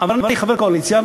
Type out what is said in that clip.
אבל אני חבר הקואליציה,